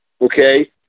okay